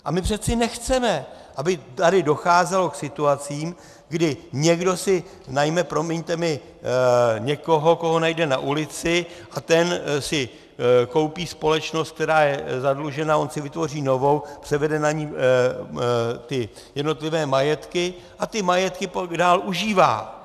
A my přece nechceme, aby tady docházelo k situacím, kdy někdo si najme, promiňte mi, někoho, koho najde na ulici, a ten si koupí společnost, která je zadlužená, a on si vytvoří novou, převede na ni ty jednotlivé majetky a ty majetky pak dál užívá.